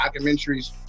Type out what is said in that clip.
documentaries